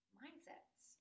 mindsets